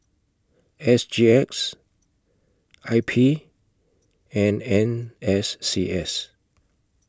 S G X I P and N S C S